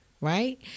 right